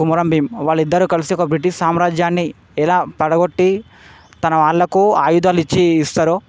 కొమరం భీమ్ వాళ్ళిద్దరూ కలిసి ఒక బ్రిటిష్ సామ్రాజ్యాన్ని ఎలా పడగొట్టి తన వాళ్ళకు ఆయుధాలని ఇచ్చి ఇస్తారో